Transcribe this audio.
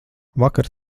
vakar